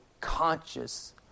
conscious